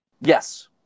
Yes